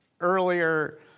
earlier